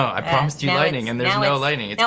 i promised you lightning, and there's no lightning, yeah